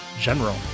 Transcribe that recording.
general